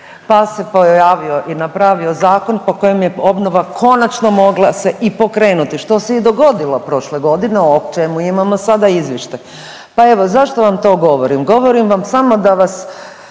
pa se pojavio i napravio zakon po kojem je obnova konačno mogla se i pokrenuti što se je i dogodilo prošle godine o čemu imamo sada izvještaj. Pa evo zašto vam to govorim? Govorim vam samo da vas